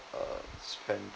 uh spend